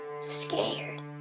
scared